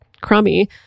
crummy